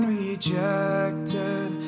rejected